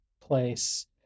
place